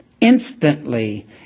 instantly